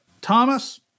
Thomas